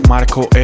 Marco